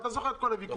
אתה זוכר את כל הוויכוח.